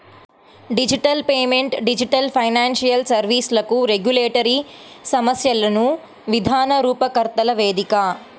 digital payment digital financial సర్వీస్లకు regulatory సమస్యలను విధాన రూపకర్తల వేదిక